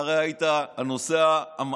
הרי אתה היית הנוסע המתמיד,